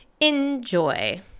enjoy